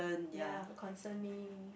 ya will concern me